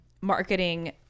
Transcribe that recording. marketing